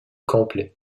complets